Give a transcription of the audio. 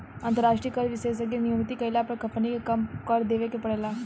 अंतरास्ट्रीय कर विशेषज्ञ के नियुक्ति कईला पर कम्पनी के कम कर देवे के परेला